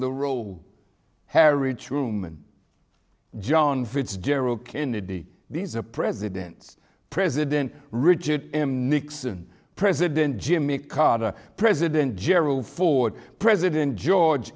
the roll harry truman john fitzgerald kennedy these are presidents president richard nixon president jimmy carter president gerald ford president george